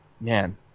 man